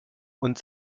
und